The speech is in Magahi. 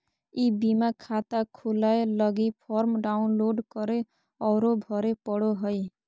ई बीमा खाता खोलय लगी फॉर्म डाउनलोड करे औरो भरे पड़ो हइ